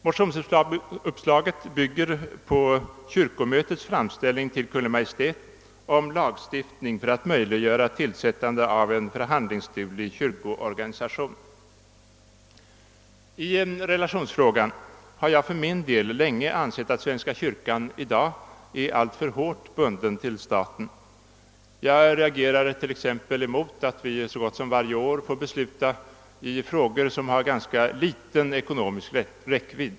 Motionsuppslaget bygger på kyrkomötets framställning till Kungl. Maj:t om lagstiftning för att möjliggöra tillsättande av en förhandlingsduglig kyrkoorganisation. I relationsfrågan har jag för min del länge ansett att svenska kyrkan i dag är alltför hårt bunden till staten. Jag reagerar t.ex. emot att vi så gott som varje år får besluta i frågor som har ganska liten ekonomisk räckvidd.